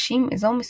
לרעהו.